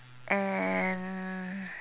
and